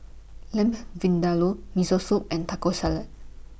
Lamb Vindaloo Miso Soup and Taco Salad